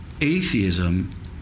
atheism